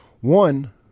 One